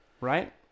right